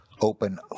open